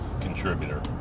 contributor